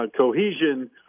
cohesion